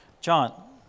John